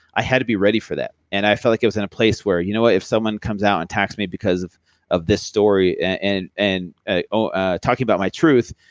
i had to be ready for that. and i felt like it was in a place where, you know what, if someone comes out and attacks me because of of this story and and ah ah talking about my truth,